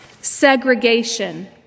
segregation